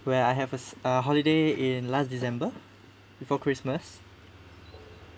where I have a uh holiday in last december before christmas